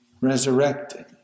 resurrected